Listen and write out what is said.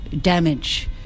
damage